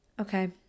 Okay